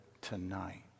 tonight